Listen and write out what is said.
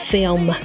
Film